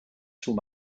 sous